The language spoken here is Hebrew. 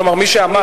כלומר מי שאמר,